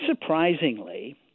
surprisingly